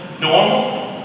normal